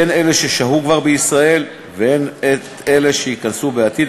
הן אלה ששהו כבר בישראל והן אלה שייכנסו בעתיד,